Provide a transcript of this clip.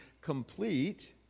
complete